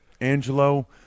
Angelo